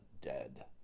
dead